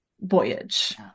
voyage